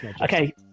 Okay